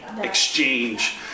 Exchange